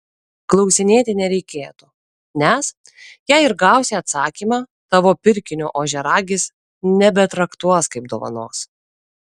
klausinėti nereikėtų nes jei ir gausi atsakymą tavo pirkinio ožiaragis nebetraktuos kaip dovanos